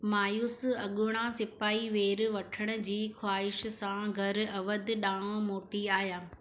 मायूस अॻूणा सिपाही वेरु वठणु जी ख़्वाहिश सां घरु अवध ॾांहुं मोटी आया